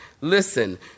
Listen